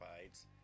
fights